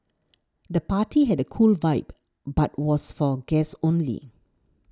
the party had a cool vibe but was for guests only